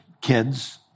kids